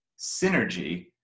synergy